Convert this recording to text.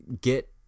get